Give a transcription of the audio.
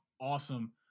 awesome